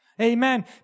amen